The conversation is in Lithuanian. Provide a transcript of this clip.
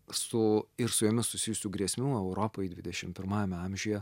su ir su jomis susijusių grėsmių europai dvidešim pirmajame amžiuje